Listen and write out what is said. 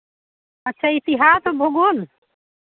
अच्छा इतिहास और भूगोल